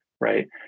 Right